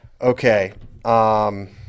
Okay